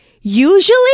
Usually